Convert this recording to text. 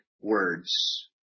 words